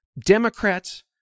Democrats